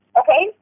okay